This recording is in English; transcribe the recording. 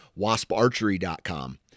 Wasparchery.com